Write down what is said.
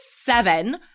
seven